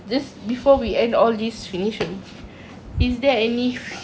is there any future um request